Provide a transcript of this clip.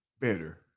better